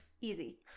easy